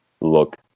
look